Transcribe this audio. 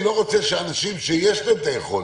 אני לא רוצה שאנשים שיש להם את היכולת,